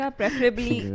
preferably